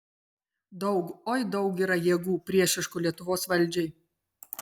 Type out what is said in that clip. daug oi daug yra jėgų priešiškų lietuvos valdžiai